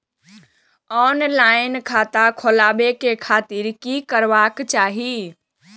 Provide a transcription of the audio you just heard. Online खाता खोलाबे के खातिर कि करबाक चाही?